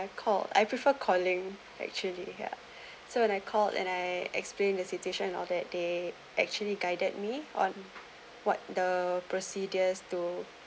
I called I prefer calling actually yeah so when I called and I explained the situation and all that they actually guided me on what the procedures to